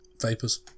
vapors